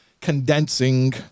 condensing